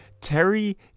Terry